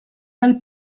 dal